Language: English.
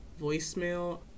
voicemail